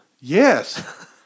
Yes